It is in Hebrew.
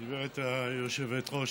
גברתי היושבת-ראש,